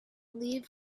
leave